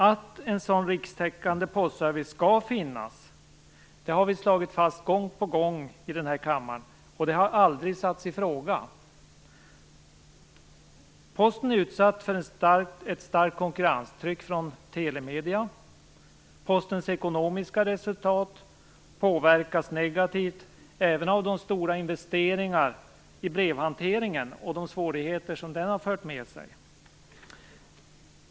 Att en sådan rikstäckande postservice skall finnas har vi slagit fast gång på gång här i kammaren, och det har aldrig satts i fråga. Posten är utsatt för ett starkt konkurrenstryck från telemedierna. Postens ekonomiska resultat påverkas negativt även av de stora investeringar i brevhanteringen som gjorts och de svårigheter som den har fört med sig.